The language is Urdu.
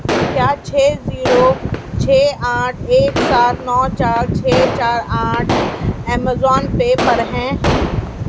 کیا چھ زیرو چھ آٹھ ایک سات نو چار چھ چار آٹھ ایمیزون پے پر ہیں